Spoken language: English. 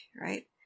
right